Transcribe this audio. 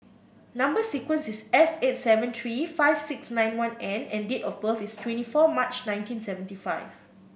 number sequence is S eight seven three five six nine one N and date of birth is twenty four March nineteen seventy five